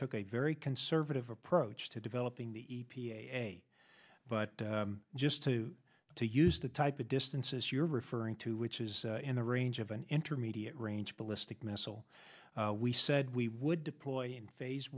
took a very conservative approach to developing the e p a but just to to use the type of distances you're referring to which is in the range of an intermediate range ballistic missile we said we would deploy in phase